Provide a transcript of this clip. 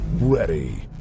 ready